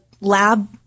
lab